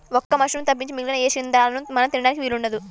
ఒక్క మశ్రూమ్స్ తప్పించి మిగిలిన ఏ శిలీంద్రాలనూ మనం తినడానికి వీలు ఉండదు